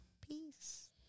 Peace